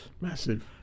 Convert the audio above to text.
Massive